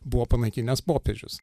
buvo panaikinęs popiežius